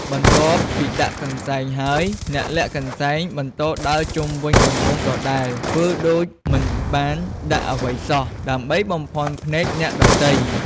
បន្ទាប់ពីដាក់កន្សែងហើយ អ្នកលាក់កន្សែងបន្តដើរជុំវិញរង្វង់ដដែល ធ្វើដូចមិនបានដាក់អ្វីសោះ ដើម្បីបំភាន់ភ្នែកអ្នកដទៃ។